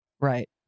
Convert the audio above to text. Right